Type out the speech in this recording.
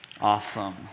Awesome